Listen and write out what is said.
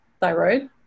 thyroid